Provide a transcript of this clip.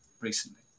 recently